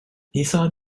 nissan